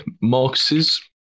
Marcus's